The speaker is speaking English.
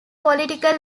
political